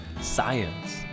science